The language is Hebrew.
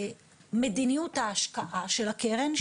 מדיניות ההשקעה של הקרן,